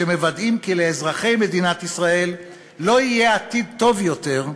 שמוודאת כי לאזרחי מדינת ישראל לא יהיה עתיד טוב יותר,